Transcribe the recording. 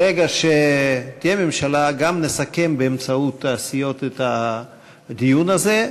ברגע שתהיה ממשלה גם נסכם באמצעות הסיעות את הדיון הזה,